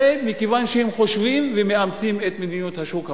זה מכיוון שהם חושבים ומאמצים את מדיניות השוק החופשי.